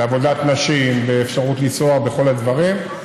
בעבודת נשים, באפשרות לנסוע, בכל הדברים.